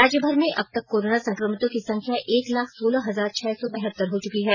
राज्य भर में अब तक कोरोना संकमितों की संख्या एक लाख सोलह हजार छह सौ बहत्तर हो चुकी है